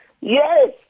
Yes